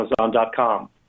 Amazon.com